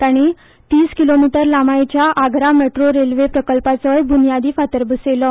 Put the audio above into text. तांणी तीस किलोमिटर लांबायेच्या आग्रा मेट्रो रेल्वे प्रकल्पाचोय बुन्यादी फातर बसयलो